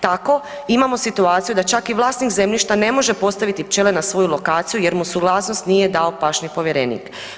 Tako imamo situaciju da čak i vlasnik zemljišta ne može postaviti pčele na svoju lokaciju jer mu suglasnost nije dao pašni povjerenik.